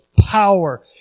power